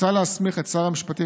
מוצע להסמיך את שר המשפטים,